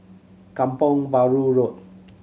Kampong Bahru Road